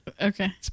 okay